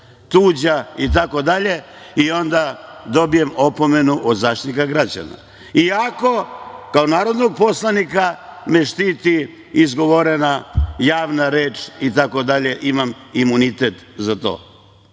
tuđa itd. Onda dobijem opomenu od zaštitnika građana. Iako, kao narodnog poslanika me štiti izgovorena javna reč imam imunitet za to.